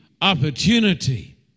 opportunity